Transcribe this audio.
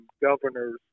governors